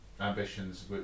ambitions